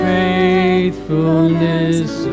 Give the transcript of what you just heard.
faithfulness